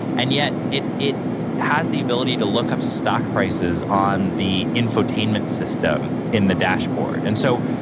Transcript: and yet, it it has the ability to look up stock prices on the infotainment system in the dashboard. and so,